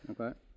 Okay